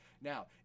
Now